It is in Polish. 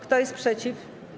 Kto jest przeciw?